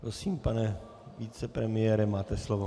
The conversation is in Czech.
Prosím, pane vicepremiére, máte slovo.